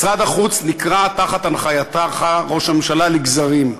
משרד החוץ נקרע תחת הנחייתך, ראש הממשלה, לגזרים.